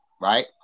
Right